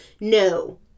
no